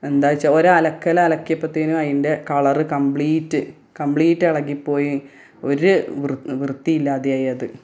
എന്താ വെച്ചാൽ ഒരലക്കൽ അലക്കിയപ്പത്തേനും അതിൻ്റെ കളറ് കംപ്ലീറ്റ് കംപ്ലീറ്റ് ഇളകി പോയി ഒരു വൃത്തിയില്ലാതെയായി അത്